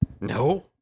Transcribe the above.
no